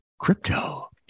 Crypto